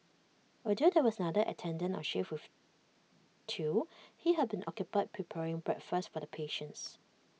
although there was another attendant on shift with Thu he had been occupied preparing breakfast for the patients